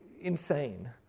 insane